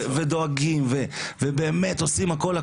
ודואגים ובאמת עושים הכול,